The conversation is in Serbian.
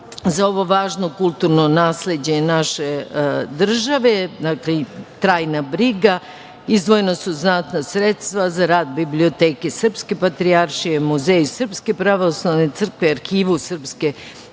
za ovo važno kulturno nasleđe naše države. Dakle, trajna briga, izdvojena su znatna sredstva za rad biblioteke Srpske patrijaršije, Muzej Srpske pravoslavne crkve, Arhivu Srpske pravoslavne crkve,